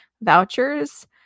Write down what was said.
vouchers